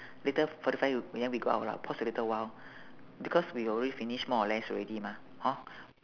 later forty five we we then we go out lah pause a little while because we already finish more or less already mah hor